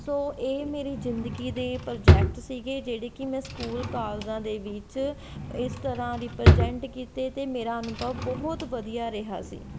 ਸੋ ਇਹ ਮੇਰੀ ਜ਼ਿੰਦਗੀ ਦੇ ਪ੍ਰੋਜੈਕਟ ਸੀਗੇ ਜਿਹੜੇ ਕਿ ਮੈਂ ਸਕੂਲ ਕਾਲਜਾਂ ਦੇ ਵਿੱਚ ਇਸ ਤਰ੍ਹਾਂ ਰਿਪ੍ਰਜੈਂਟ ਕੀਤੇ ਅਤੇ ਮੇਰਾ ਅਨੁਭਵ ਬਹੁਤ ਵਧੀਆ ਰਿਹਾ ਸੀ